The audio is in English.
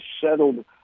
settled